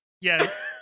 Yes